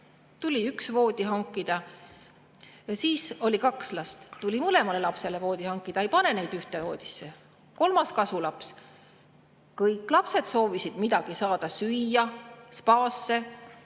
Tuli üks voodi hankida. Siis, kui oli kaks last, tuli mõlemale lapsele voodi hankida, ei pane neid ühte voodisse. Ja siis kolmas, kasulaps. Kõik lapsed soovisid midagi süüa saada, spaasse,